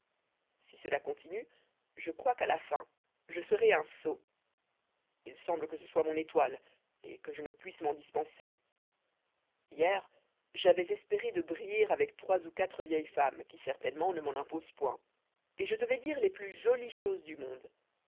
si cela continue je crois qu'à la fin je serai un sot il semble que ce soit mon étoile et que je ne puisse m'en dispenser hier j'avois espéré de briller avec trois ou quatre vieilles femmes qui certainement ne m'en imposent point et je devois dire les plus jolies choses du monde